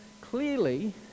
clearly